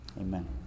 Amen